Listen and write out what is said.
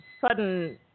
sudden